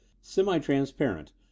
semi-transparent